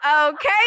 okay